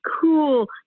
cool